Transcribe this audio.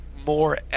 more